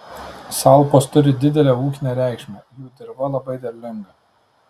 salpos turi didelę ūkinę reikšmę jų dirva labai derlinga